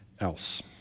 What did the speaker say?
else